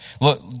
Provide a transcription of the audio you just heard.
Look